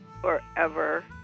Forever